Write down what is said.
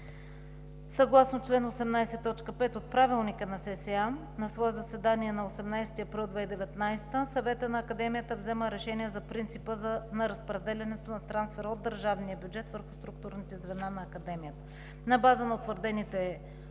Съгласно чл. 18, т. 5 от Правилника на Селскостопанската академия на свое заседание на 18 април 2019 г. Съветът на Академията взема решение за принципа на разпределянето на трансфера от държавния бюджет върху структурните звена на Академията. На база на утвърдените принципи